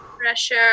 Pressure